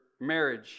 marriage